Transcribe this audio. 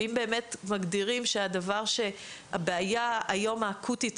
ואם באמת מגדירים שהבעיה האקוטית היום